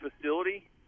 facility